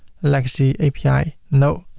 legacy api no.